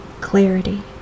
clarity